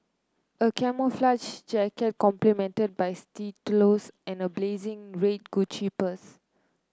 a camouflage jacket complemented by stilettos and a blazing red Gucci purse